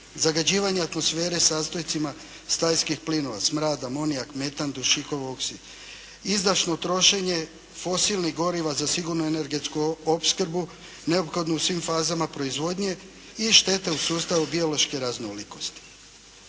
zagađivanje atmosfere sastojcima stajskih plinova, smrad, amonijak, metan, dušikov oksid. Izdašno trošenje fosilnih goriva za sigurnu energestku opskrbu neophodnu u svim fazama proizvodnje i štete u sustavu biološke raznolikosti.